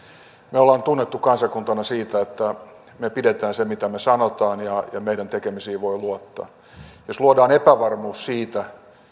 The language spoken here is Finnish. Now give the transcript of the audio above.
me olemme tunnettu kansakuntana siitä että me pidämme sen mitä sanomme ja meidän tekemisiimme voi luottaa jos luodaan epävarmuus siitä